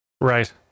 Right